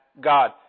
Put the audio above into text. God